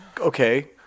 Okay